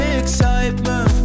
excitement